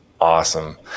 Awesome